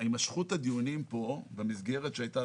הימשכות הדיונים פה במסגרת שהייתה